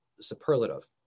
superlative